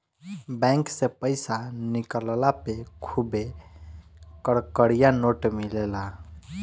bank से पईसा निकलला पे खुबे कड़कड़िया नोट मिलेला